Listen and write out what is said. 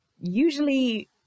usually